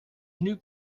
venu